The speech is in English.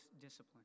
discipline